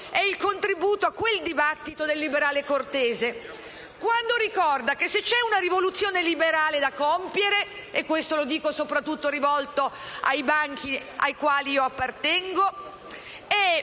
è il contributo a quel dibattito del liberale Cortese, quando ricorda che se c'è una rivoluzione liberale da compiere - lo dico soprattutto rivolgendomi ai banchi del Gruppo al quale appartengo